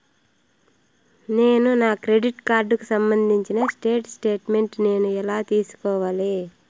నేను నా క్రెడిట్ కార్డుకు సంబంధించిన స్టేట్ స్టేట్మెంట్ నేను ఎలా తీసుకోవాలి?